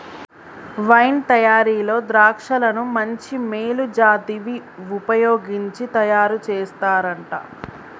wine తయారీలో ద్రాక్షలను మంచి మేలు జాతివి వుపయోగించి తయారు చేస్తారంట